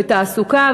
בתעסוקה,